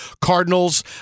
Cardinals